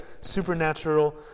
supernatural